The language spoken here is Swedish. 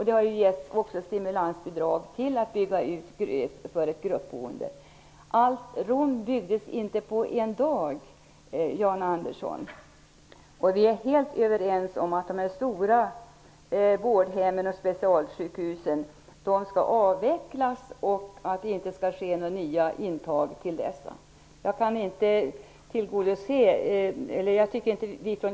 Det har också getts stimulansbidrag till att bygga ut gruppboendet. Rom byggdes inte på en dag, Jan Andersson. Vi är helt överens om att de stora vårdhemmen och specialsjukhusen skall avvecklas och att det inte skall ske några nya intagningar till dessa.